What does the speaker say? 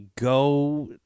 go